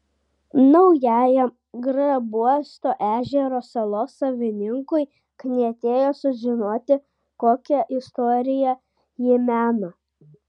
naujajam grabuosto ežero salos savininkui knietėjo sužinoti kokią istoriją ji mena